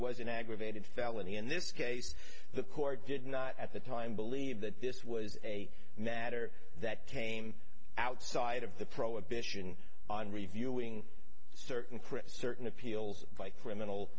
an aggravated felony in this case the court did not at the time believe that this was a matter that came outside of the prohibition on reviewing certain chris certain appeals by criminal